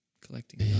collecting